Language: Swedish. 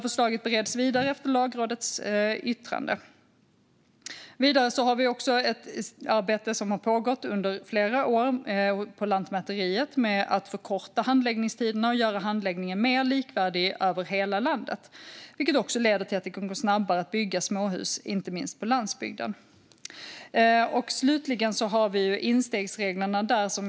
Förslaget bereds vidare efter Lagrådets yttrande. Vidare har ett arbete pågått på Lantmäteriet under flera år med att förkorta handläggningstiderna och göra handläggningen mer likvärdig över hela landet, vilket också leder till att det kommer att gå snabbare att bygga småhus inte minst på landsbygden. Slutligen har vi instegsreglerna.